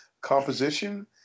composition